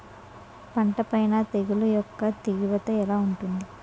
పంట పైన తెగుళ్లు యెక్క తీవ్రత ఎలా ఉంటుంది